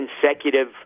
consecutive